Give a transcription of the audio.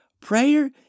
prayer